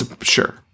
Sure